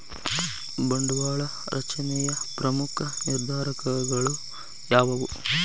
ಬಂಡವಾಳ ರಚನೆಯ ಪ್ರಮುಖ ನಿರ್ಧಾರಕಗಳು ಯಾವುವು